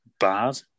Bad